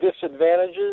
disadvantages